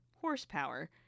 horsepower